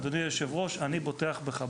אדוני היושב-ראש, אני בוטח בך.